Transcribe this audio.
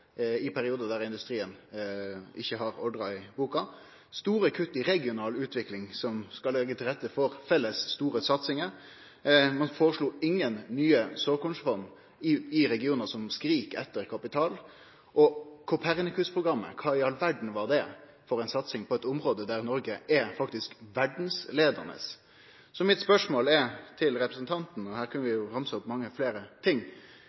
i periodar der industrien ikkje har ordrar i boka. Det er store kutt i regional utvikling, som skal leggje til rette for felles, store satsingar. Ein føreslo ingen nye såkornfond i regionar som skrik etter kapital. Og når det gjeld Copernicus-programmet: Kva i all verda var det for ei satsing – på eit område der Noreg faktisk er verdsleiande? Mitt spørsmål til representanten er – og her kunne vi jo ramse opp mange fleire ting: